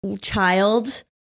child